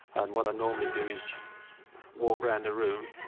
and what i normally do is walk round a room